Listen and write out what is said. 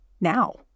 now